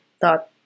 Dot